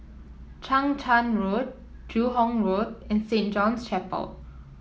Chang Charn Road Joo Hong Road and Saint John's Chapel